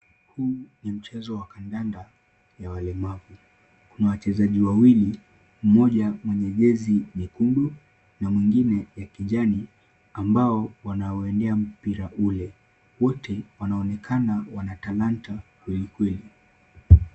Huu ni mchezo wa kadanda wa walemavu. Kuna wachezaji wawili mmoja mwenye jezi nyekundu na mwingine ya kijani ambao wanaendea mpira ule. Wote wanaonekana wana talanta kwelikweli.